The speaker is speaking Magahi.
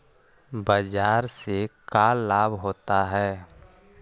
बाजार से का लाभ होता है?